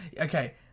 okay